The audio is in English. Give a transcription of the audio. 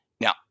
Now